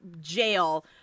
jail